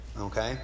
okay